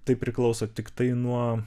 tai priklauso tiktai nuo